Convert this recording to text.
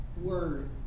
word